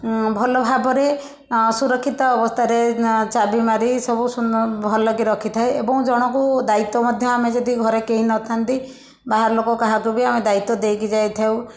ଉଁ ଭଲ ଭାବରେ ସୁରକ୍ଷିତ ଅବସ୍ଥାରେ ଚାବି ମାରି ସବୁ ସୁ ଭଲକି ରଖିଥାଏ ଏବଂ ଜଣକୁ ଦାୟିତ୍ୱ ମଧ୍ୟ ଆମେ ଯଦି ଘରେ କେହି ନଥାନ୍ତି ବାହାର ଲୋକ କାହାକୁ ଆମେ ଦାୟିତ୍ୱ ଦେଇକି ଯାଇଥାଉ